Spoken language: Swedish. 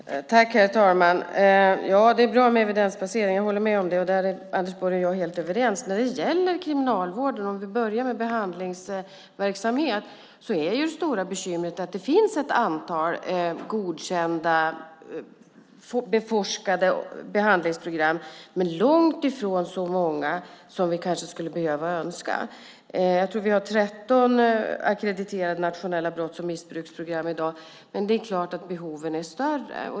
Herr talman! Jag håller med om att det är bra med evidensbasering. Där är Anders Borg och jag helt överens. Låt mig börja med frågan om behandlingsverksamhet. Det stora bekymret för Kriminalvården är att det finns ett antal godkända beforskade behandlingsprogram, men det är långtifrån så många som vi kanske skulle önska. Jag tror att det finns 13 ackrediterade nationella brotts och missbruksprogram i dag, men det är klart att behoven är större.